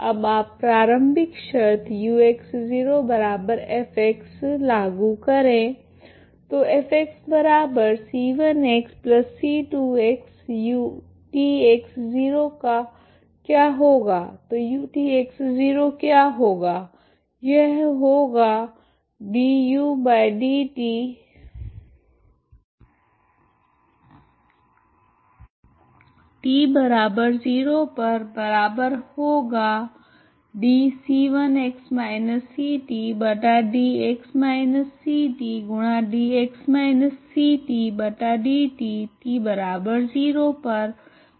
अब आप प्रारंभिक शर्त ux0f लागू करें